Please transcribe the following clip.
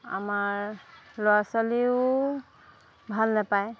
আমাৰ ল'ৰা ছোৱালীও ভাল নাপায়